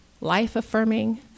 life-affirming